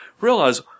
realize